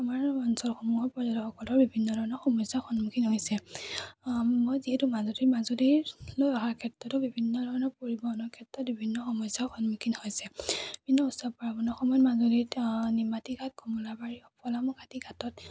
আমাৰ অঞ্চলসমূহৰ পৰ্যটকসকলৰ বিভিন্ন ধৰণৰ সমস্যাৰ সন্মুখীন হৈছে মই যিহেতু মাজুলীৰ মাজুলীৰ লৈ অহাৰ ক্ষেত্ৰতো বিভিন্ন ধৰণৰ পৰিৱহণৰ ক্ষেত্ৰত বিভিন্ন সমস্যাৰ সন্মুখীন হৈছে বিভিন্ন উৎসৱ পাৰ্বণৰ সময়ত মাজুলীত নিমাতীঘাট কমলাবাৰী খনামুখ আদি ঘাটত